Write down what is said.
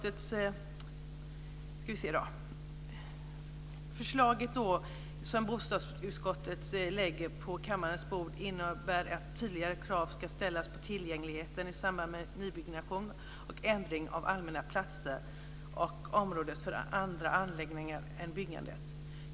Förslaget som bostadsutskottet lägger på kammarens bord innebär att tydligare krav ska ställas på tillgängligheten i samband med nybyggnation och ändring av allmänna platser och områden för andra anläggningar än byggnader.